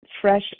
fresh